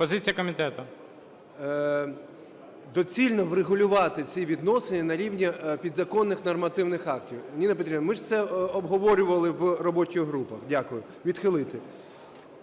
ГЕТМАНЦЕВ Д.О. Доцільно врегулювати ці відносини на рівні підзаконних нормативних актів. Ніна Петрівна, ми ж це обговорювали в робочих групах. Дякую. Відхилити.